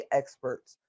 experts